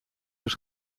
zijn